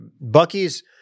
Bucky's